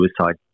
suicide